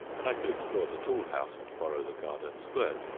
and i could explore the tool-house and borrow the garden squirt.